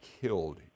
killed